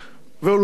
ואולי,